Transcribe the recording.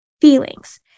feelings